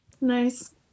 Nice